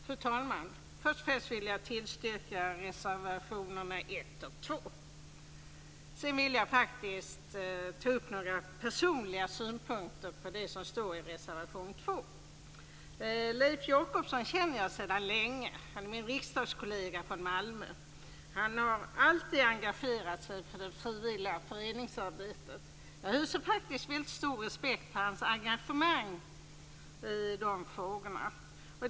Fru talman! Först och främst vill jag tillstyrka reservation nr 1 och 2. Sedan vill jag faktiskt ta upp några personliga synpunkter på det som står i reservation 2. Jag känner Leif Jakobsson sedan länge. Han är min riksdagskollega från Malmö. Han har alltid engagerat sig för det frivilliga föreningsarbetet. Jag hyser faktiskt väldigt stor respekt för hans engagemang i de frågorna.